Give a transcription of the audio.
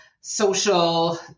social